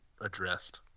addressed